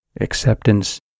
acceptance